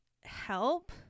help